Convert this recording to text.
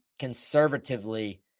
conservatively